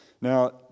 Now